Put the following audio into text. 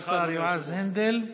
תודה, השר יועז הנדל.